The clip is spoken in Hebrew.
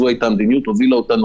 זאת הייתה המדיניות שהובילה אותנו